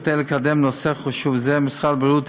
כדי לקדם נושא חשוב זה הסדיר משרד הבריאות